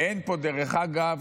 דרך אגב,